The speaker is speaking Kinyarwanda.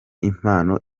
impano